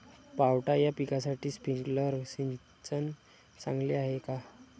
पावटा या पिकासाठी स्प्रिंकलर सिंचन चांगले आहे का?